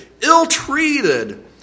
ill-treated